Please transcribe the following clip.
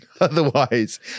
Otherwise